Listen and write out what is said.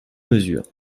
mesures